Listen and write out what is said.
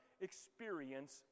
experience